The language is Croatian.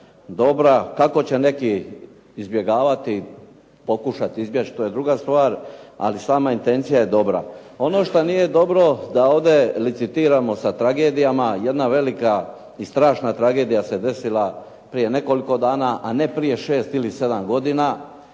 Kako će neki izbjegavati, pokušati izbjeći to je druga stvar, ali sama intencija je dobra. Ono što nije dobro da ovdje licitiramo sa tragedijama. Jedna velika i strašna tragedija se desila prije nekoliko dana, a ne prije 6 ili 7 godina